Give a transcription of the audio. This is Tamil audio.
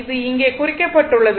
இது இங்கே குறிக்கப்பட்டுள்ளது